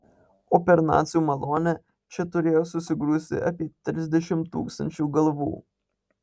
o per nacių malonę čia turėjo susigrūsti apie trisdešimt tūkstančių galvų